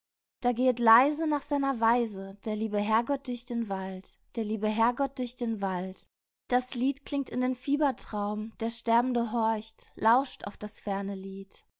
da gehet leise nach seiner weise der liebe herrgott durch den wald der liebe herrgott durch den wald das lied klingt in den fiebertraum der sterbende horcht lauscht auf das ferne lied